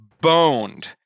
boned